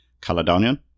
Caledonian